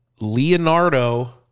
Leonardo